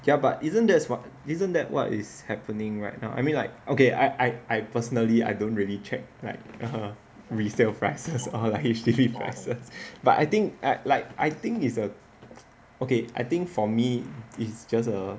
ya but isn't that's what isn't that what is happening right now I mean like okay I I personally I don't really check like (uh huh) resale prices or H_D_B prices but I think at like I think it's err okay I think for me it's just err